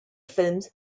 films